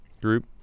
group